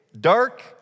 dark